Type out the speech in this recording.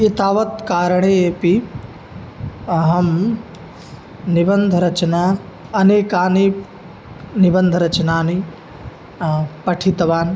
एतावत् कारणेऽपि अहं निबन्धरचना अनेकानि निबन्धरचनानि पठितवान्